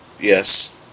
Yes